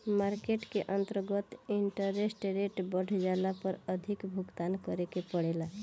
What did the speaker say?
market के अंतर्गत interest rate बढ़ जाला पर अधिक भुगतान करे के पड़ेला